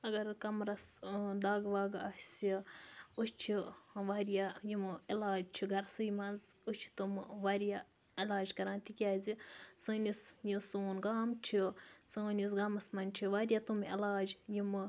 اگر کَمرَس ٲں دَگ وَگ آسہِ أسۍ چھِ واریاہ یِم علاج چھِ گھرسٕے مَنٛز أسۍ چھِ تِم واریاہ علاج کَران تِکیٛازِ سٲنِس یُس سون گام چھُ سٲنِس گامَس مَنٛز چھِ واریاہ تِم علاج یِم